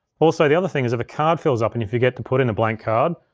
also, the other thing is if a card fills up and you forget to put in a blank card,